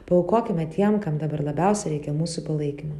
paaukokime tiem kam dabar labiausiai reikia mūsų palaikymo